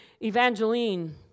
Evangeline